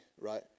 Right